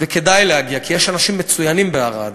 וכדאי להגיע, כי יש אנשים מצוינים בערד,